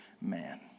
man